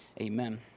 Amen